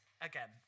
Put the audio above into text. Again